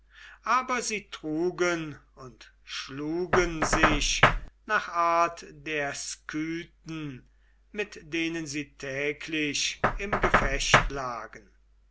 aber sie trugen und schlugen sich nach art der skythen mit denen sie täglich im gefecht lagen